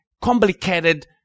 complicated